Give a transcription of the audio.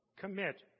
commit